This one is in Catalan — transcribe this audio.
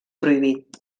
prohibit